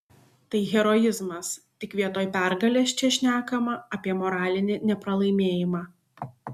tai heroizmas tik vietoj pergalės čia šnekama apie moralinį nepralaimėjimą